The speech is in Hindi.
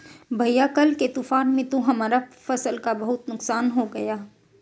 भैया कल के तूफान में तो हमारा फसल का बहुत नुकसान हो गया